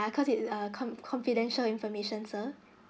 cause it's uh com confidential information sir